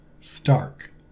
Stark